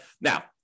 Now